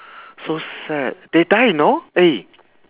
so sad they die you know eh